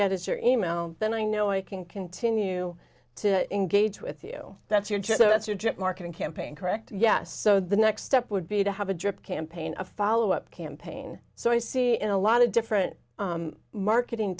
get is your e mail then i know i can continue to engage with you that's your job that's your direct marketing campaign correct yes so the next step would be to have a drip campaign a follow up campaign so i see in a lot of different marketing